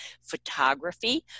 photography